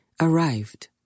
arrived